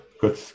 Good